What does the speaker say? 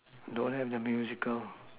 don't have the musical